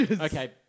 Okay